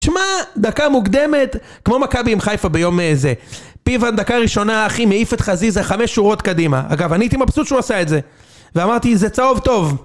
תשמע, דקה מוקדמת, כמו מכבי עם חיפה ביום זה. פיבן דקה ראשונה אחי מעיף את חזיזה חמש שורות קדימה. אגב, אני הייתי מבסוט שהוא עשה את זה. ואמרתי, זה צהוב טוב.